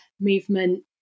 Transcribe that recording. movement